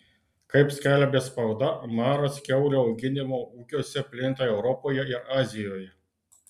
kaip skelbia spauda maras kiaulių auginimo ūkiuose plinta europoje ir azijoje